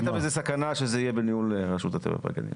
בזה סכנה שזה יהיה בניהול רשות הטבע והגנים?